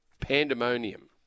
Pandemonium